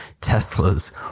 Tesla's